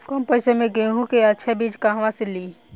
कम पैसा में गेहूं के अच्छा बिज कहवा से ली?